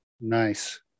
Nice